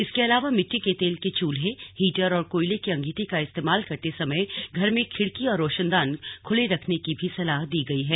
इसके अलावा मिट्टी के तेल के चूल्हे हीटर और कोयले की अंगीठी का इस्तेमाल करते समय घर में खिड़की और रोशनदान खुले रखने की भी सलाह दी गई है